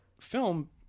film